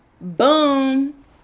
Boom